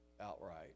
outright